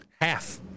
Half